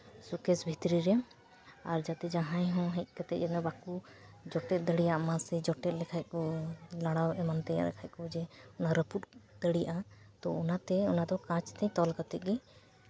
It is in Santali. ᱥᱩᱠᱮᱥ ᱵᱷᱤᱛᱨᱤ ᱨᱮ ᱟᱨ ᱡᱟᱛᱮ ᱡᱟᱦᱟᱸᱭ ᱦᱚᱸ ᱦᱮᱡ ᱠᱟᱛᱮᱫ ᱡᱮᱱᱚ ᱵᱟᱠᱚ ᱡᱚᱴᱮᱫ ᱫᱟᱲᱮᱭᱟᱜ ᱢᱟ ᱥᱮ ᱡᱚᱴᱮᱫ ᱞᱮᱠᱷᱟᱱ ᱠᱚ ᱞᱟᱲᱟᱣ ᱮᱢᱟᱱ ᱛᱮᱭᱟᱜ ᱞᱮᱠᱷᱟᱱ ᱠᱚ ᱡᱮ ᱚᱱᱟ ᱨᱟᱹᱯᱩᱫ ᱫᱟᱲᱮᱭᱟᱜᱼᱟ ᱛᱳ ᱚᱱᱟᱛᱮ ᱚᱱᱟ ᱫᱚ ᱠᱟᱺᱪᱛᱮ ᱛᱚᱞ ᱠᱟᱛᱮᱫ ᱜᱮ